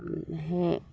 সেই